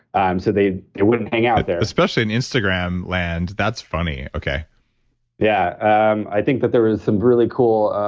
um so, they wouldn't hang out there especially in instagram land, that's funny. okay yeah, i think that there is some really cool